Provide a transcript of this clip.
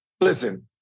listen